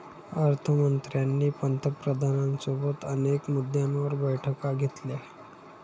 अर्थ मंत्र्यांनी पंतप्रधानांसोबत अनेक मुद्द्यांवर बैठका घेतल्या